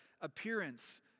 appearance